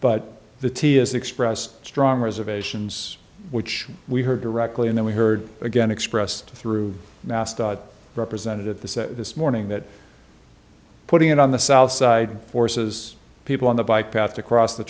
but the t has expressed strong reservations which we heard directly and we heard again expressed through master representative this morning that putting it on the south side forces people on the bike path to cross the